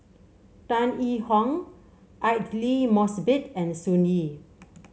Tan Yee Hong Aidli Mosbit and Sun Yee